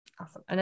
Awesome